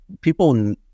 people